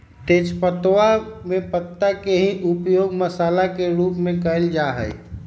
तेजपत्तवा में पत्ता के ही उपयोग मसाला के रूप में कइल जा हई